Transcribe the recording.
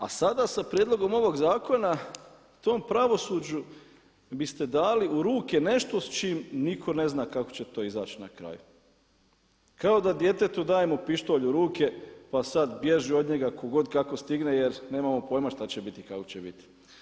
A sada sa prijedlogom ovog zakona tom pravosuđu biste dali u ruke nešto s čim nitko ne zna kako će to izaći na kraj kao da djetetu dajemo pištolj u ruke pa sad bježi od njega tko god kako stigne jer nemamo pojma šta će biti, kako će biti.